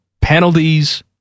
penalties